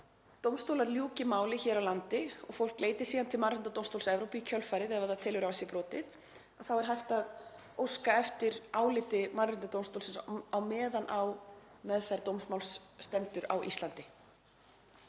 dómstólar ljúki máli hér á landi og fólk leiti síðan til Mannréttindadómstóls Evrópu í kjölfarið, ef það telur á sér brotið, þá er hægt að óska eftir áliti Mannréttindadómstólsins meðan á meðferð dómsmáls stendur á Íslandi.